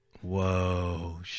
Whoa